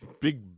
big